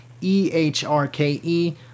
E-H-R-K-E